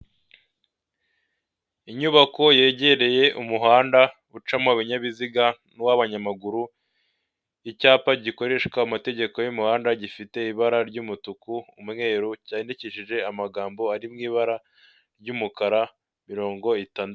Inyubako yegereye umuhanda ucamo ibinyabiziga n'umwabanyamaguru, icyapa gikoreshwa amategeko y'umuhanda gifite ibara ry'umutuku, umweru cyandikishije amagambo ari mu ibara ry'umukara, imirongo itanda...